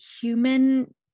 human